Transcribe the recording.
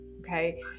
okay